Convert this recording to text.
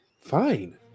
Fine